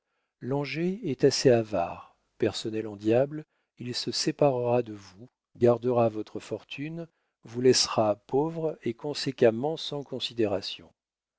langeais est assez avare personnel en diable il se séparera de vous gardera votre fortune vous laissera pauvre et conséquemment sans considération